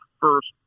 first